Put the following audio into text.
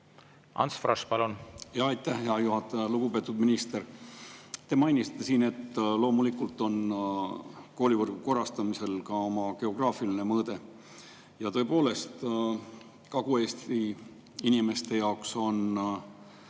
Ants Frosch, palun! Aitäh, hea juhataja! Lugupeetud minister! Te mainisite siin, et loomulikult on koolivõrgu korrastamisel ka oma geograafiline mõõde. Tõepoolest, Kagu-Eesti inimeste jaoks on